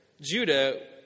Judah